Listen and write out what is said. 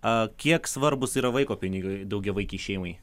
a kiek svarbūs yra vaiko pinigai daugiavaikei šeimai